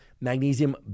Magnesium